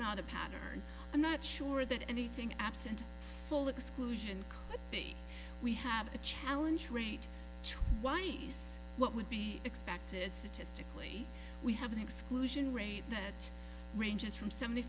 not a pattern i'm not sure that anything absent full exclusion we have a challenge rate y e s what would be expected statistically we have an exclusion rate that ranges from seventy